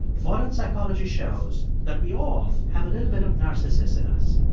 modern psychology shows that we all have a little bit of narcissus in us.